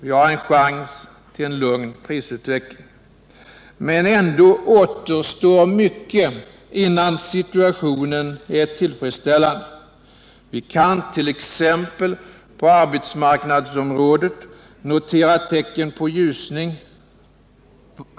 Vi har en chans till en lugn prisutveckling. Ändå återstår mycket innan situationen är tillfredsställande. Vi kan t.ex. på arbetsmarknadsområdet notera tecken på ljusning.